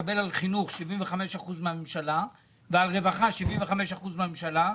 מקבל על חינוך 75% מהממשלה ועל רווחה 75% מהממשלה,